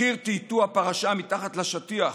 מחיר טאטוא הפרשה מתחת לשטיח,